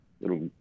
little